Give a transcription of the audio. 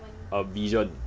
a vision